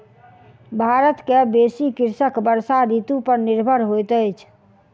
भारत के बेसी कृषक वर्षा ऋतू पर निर्भर होइत अछि